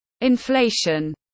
inflation